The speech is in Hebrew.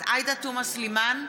עאידה תומא סלימאן,